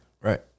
Right